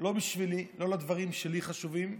לא בשבילי, לא לדברים שלי חשובים,